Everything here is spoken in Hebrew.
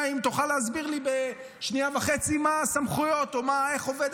אם תוכל להסביר לי בשנייה וחצי מה הסמכויות או איך עובד